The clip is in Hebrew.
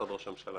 משרד ראש הממשלה.